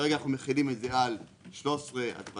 כרגע אנחנו מחילים את זה על 13 התוויות